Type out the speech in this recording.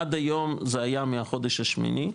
עד היום זה היה מהחודש השמיני,